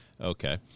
Okay